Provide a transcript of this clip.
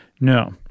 No